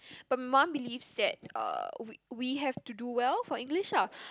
but my mum believes that uh we we have to do well for English lah